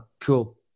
cool